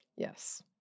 Yes